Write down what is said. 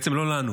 בעצם, לא לנו,